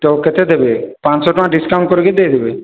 ତ କେତେ ଦେବେ ପାଞ୍ଚ ଛଅ ଟଙ୍କା ଡ଼ିସକାଉଣ୍ଟ କରିକି ଦେଇ ଦେବେ